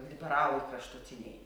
liberalai kraštutiniai